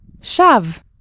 Shav